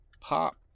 Pop